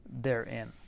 therein